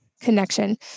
connection